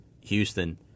Houston